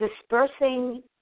dispersing